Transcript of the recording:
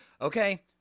okay